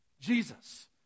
Jesus